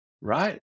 right